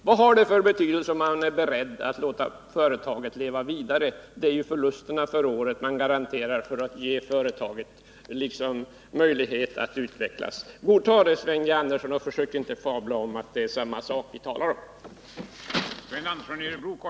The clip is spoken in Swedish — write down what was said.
Vad har det för betydelse om man är beredd att låta företaget leva vidare? Det är ju förlusterna för året man garanterar för att ge företaget möjlighet att utvecklas. Godtag det, Sven G. Andersson, och försök inte fabla om att det är samma sak vi talar om!